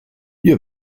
you